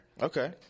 Okay